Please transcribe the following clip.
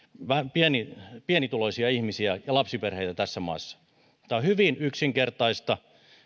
pienituloisia ihmisiä ja lapsiperheitä tässä maassa tämä on hyvin yksinkertaista